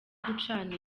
gucana